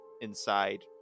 inside